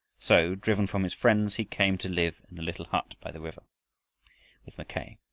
so, driven from his friends, he came to live in the little hut by the river with mackay.